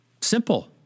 Simple